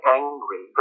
angry